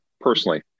Personally